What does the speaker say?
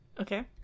Okay